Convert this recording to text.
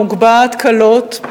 המוגבהת קלות,